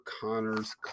connor's